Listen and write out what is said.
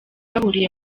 bahuriye